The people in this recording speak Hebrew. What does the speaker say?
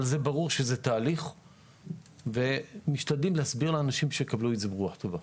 אבל זה ברור שזה תהליך ומשתדלים להסביר לאנשים שיקבלו את זה ברוח טובה.